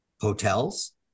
hotels